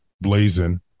blazing